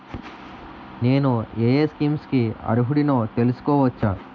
నేను యే యే స్కీమ్స్ కి అర్హుడినో తెలుసుకోవచ్చా?